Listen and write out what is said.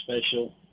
special